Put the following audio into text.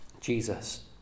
Jesus